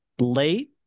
late